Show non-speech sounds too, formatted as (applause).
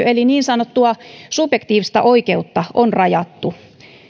(unintelligible) eli niin sanottua subjektiivista oikeutta on rajattu